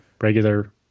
regular